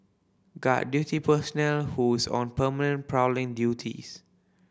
guard duty personnel who's on permanent prowling duties